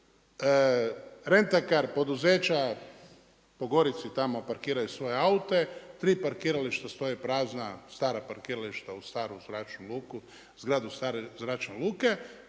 Rent-a-car poduzeća po Gorici tamo parkiraju svoje aute, tri parkirališta stoje prazna, stara parkirališta uz staru zračnu luku,